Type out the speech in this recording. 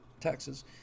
taxes